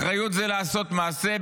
אחריות זה לעשות מעשה,